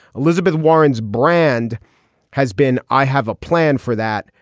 elizabeth warren's brand has been i have a plan for that,